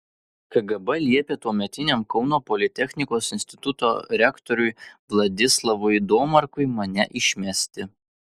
kgb liepė tuometiniam kauno politechnikos instituto rektoriui vladislavui domarkui mane išmesti